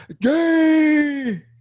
gay